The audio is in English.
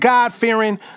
God-fearing